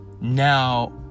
Now